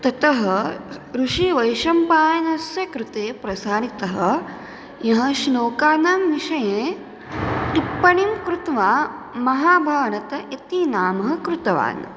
ततः ऋषिवैशम्पायनस्य कृते प्रसारितः यः श्लोकानां विषये टिप्पणीं कृत्वा महाभारतम् इति नामः कृतवान्